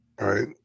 right